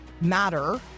Matter